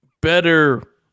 better